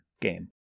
game